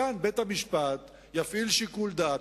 כאן, בית-המשפט יפעיל שיקול דעת.